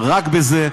רק בזה,